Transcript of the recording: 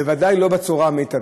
ובוודאי לא בצורה המיטבית.